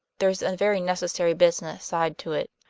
there's a very necessary business side to it.